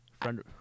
Friend